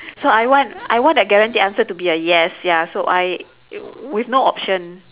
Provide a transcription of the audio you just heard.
so I want I want a guaranteed answer to be a yes ya so I with no option